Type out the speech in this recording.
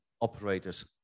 operators